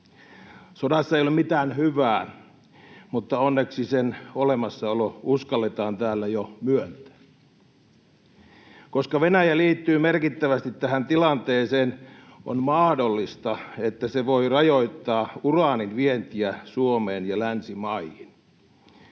Sodassa ei ole mitään hyvää, mutta onneksi sen olemassaolo uskalletaan täällä jo myöntää. Koska Venäjä liittyy merkittävästi tähän tilanteeseen, on mahdollista, että se voi rajoittaa uraanin vientiä Suomeen ja länsimaihin.